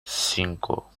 cinco